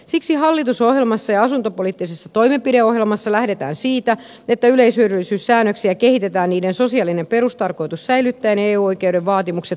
siksi hallitusohjelmassa ja asuntopoliittisessa toimenpideohjelmassa lähdetään siitä että yleishyödyllisyyssäännöksiä kehitetään niiden sosiaalinen perustarkoitus säilyttäen ja eu oikeuden vaatimukset huomioon ottaen